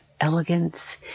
elegance